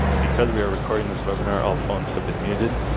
because we are recording this webinar, all phones have been muted.